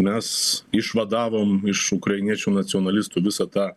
mes išvadavom iš ukrainiečių nacionalistų visą tą